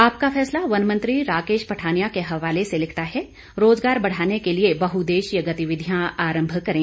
आपका फैसला वन मंत्री राकेश पठानिया के हवाले से लिखता है रोजगार बढ़ाने के लिए बहुद्देशीय गतिविधयां आरम्भ करें